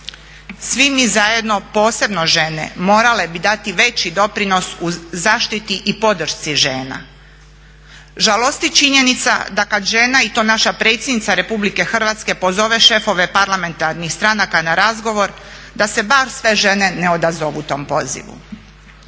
Svi mi zajedno posebno žene morale bi dati veći doprinos u zaštiti i podršci žena. Žalosti činjenica da kada žena i to naša predsjednica RH pozove šefove parlamentarnih stranaka na razgovor da se bar sve žene ne odazovu tom pozivu.